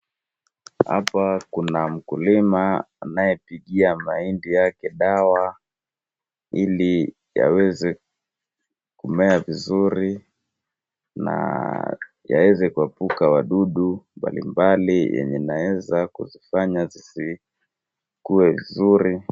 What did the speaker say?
Hapa kuna mkulima anayepigia mahindi yake dawa, ili yaweze kumea vizuri na yaweze kuepuka wadudu mbalimbali yenye inaeza kuzifanya zisikue vizuri.